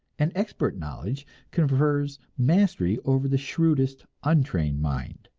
and expert knowledge confers mastery over the shrewdest untrained mind.